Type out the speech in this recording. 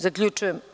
Zaključujem